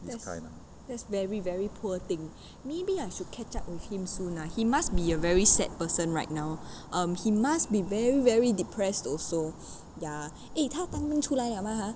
that's that's very very poor thing maybe I should catch up with him soon ah he must be a very sad person right now um he must be very very depressed also ya eh 他当兵出来 liao mah ah